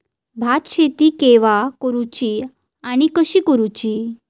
भात शेती केवा करूची आणि कशी करुची?